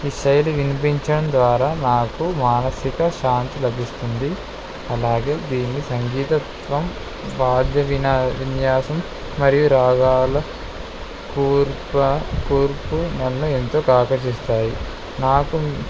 ఈ శైలి వినిపించడం ద్వారా నాకు మానసిక శాంతి లభిస్తుంది అలాగే దీన్ని సంగీతం వాద్య వినా విన్యాసం మరియు రాగాల కూర్ప కూర్పు నన్ను ఎంతో ఆకర్షిస్తాయి నాకు